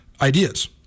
ideas